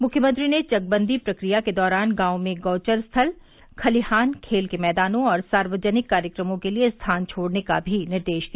मुख्यमंत्री ने चकबंदी प्रक्रिया के दौरान गांवों में गौचर स्थल खलिहान खेल के मैदानों और सार्वजनिक कार्यक्रमों के लिए स्थान छोड़ने का भी निर्देश दिया